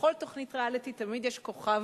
בכל תוכנית ריאליטי תמיד יש כוכב